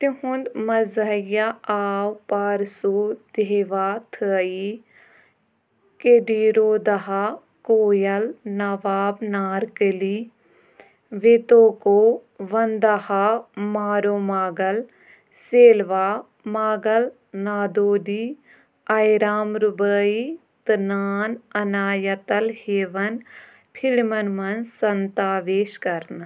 تِہُنٛد مزہیہ آو پارسوٗ دہوا تھٲیی کیٚڈیٖرودَہاو کویل نواب نارکلی ویتوکو ونٛدَہا ماروماگل سیلوا ماگل نادودی اَیرام رُبٲیی تہٕ نان اَنایَتَل ہیوَن فِلمَن منٛز سنتاویش کَرنہٕ